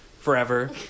forever